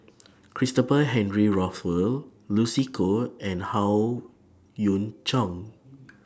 Christopher Henry Rothwell Lucy Koh and Howe Yoon Chong